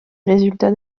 résultats